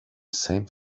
same